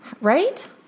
right